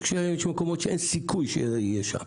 יש מקומות שאין סיכוי שזה יהיה שם